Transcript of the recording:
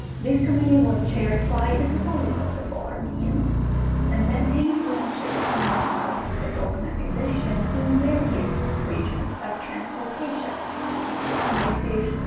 this committee was chaired by the catholicos of all armenians and maintained branches of it's organization in various regions of transcaucasia igdir,